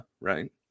right